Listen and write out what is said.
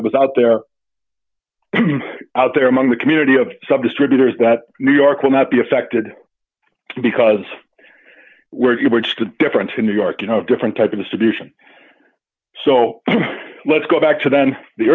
that was out there out there among the community of sub distributors that new york will not be affected because we're here we're just a different a new york you know different type of distribution so let's go back to the on the